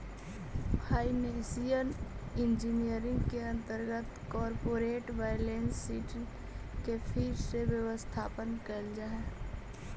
financial engineering के अंतर्गत corporate balance sheet के फिर से व्यवस्थापन कैल जा हई